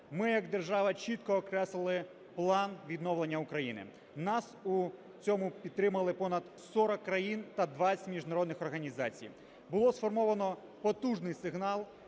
Ми як держава чітко окреслили план відновлення України. Нас у цьому підтримали понад 40 країн та 20 міжнародних організацій. Було сформовано потужний сигнал,